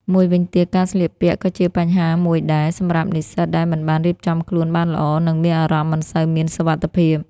មួយវិញទៀត ការស្លៀកពាក់ក៏៏ជាបញ្ហាមួយដែរ សម្រាប់និស្សិតដែលមិនបានរៀបចំខ្លួនបានល្អ នឹងមានអារម្មណ៍មិនសូវមានសុវត្ថិភាព។